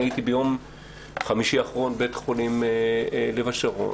אני הייתי ביום חמישי האחרון בבית החולים לב השרון.